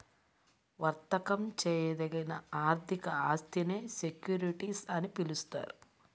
వర్తకం చేయదగిన ఆర్థిక ఆస్తినే సెక్యూరిటీస్ అని పిలుస్తారు